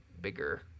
bigger